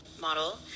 model